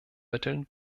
mitteln